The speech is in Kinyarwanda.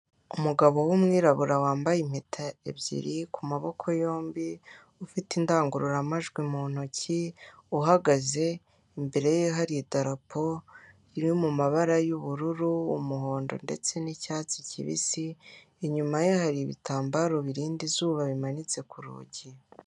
Umugabo w'umwirabura wambaye impeta ebyiri kumaboko yombi, ufite indangururamajwi mu ntoki, uhagaze imbere ye har' idarapo, iri mumabara y'ubururu ,umuhondo ndetse nicyatsi kibisi, inyuma ye hari ibitambaro birinda izuba bimanitse ku rugi.